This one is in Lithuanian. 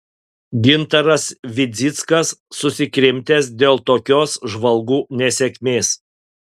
gintaras vidzickas susikrimtęs dėl tokios žvalgų nesėkmės